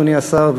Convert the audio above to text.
אדוני השר,